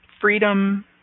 freedom